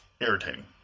irritating